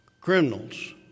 criminals